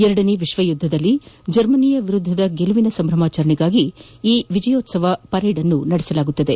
ಎರಡನೇ ವಿಶ್ವ ಯುದ್ದದಲ್ಲಿ ಜರ್ಮನಿಯ ವಿರುದ್ದದ ಗೆಲುವಿನ ಸಂಭ್ರಮಾಚರಣೆಗಾಗಿ ಈ ವಿಜಯೋತ್ಸವ ಪಥಸಂಚಲನ ನಡೆಯುತ್ತದೆ